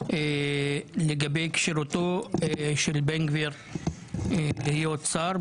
לגבי כשירותו של בן גביר להיות שר,